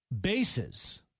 bases